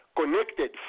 connected